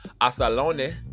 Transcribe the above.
Asalone